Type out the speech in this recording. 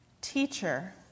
Teacher